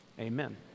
amen